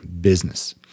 business